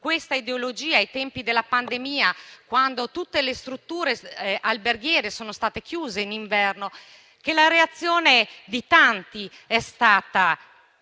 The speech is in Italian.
questa ideologia ai tempi della pandemia, quando tutte le strutture alberghiere sono state chiuse in inverno, che la reazione di tanti è stata: